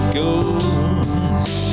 goes